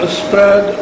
spread